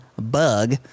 bug